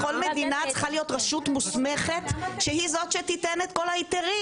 בכל מדינה צריכה להיות רשות מוסמכת שהיא זאת שתיתן את כל ההיתרים.